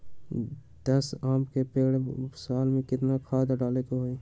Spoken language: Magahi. दस आम के पेड़ में साल में केतना खाद्य डाले के होई?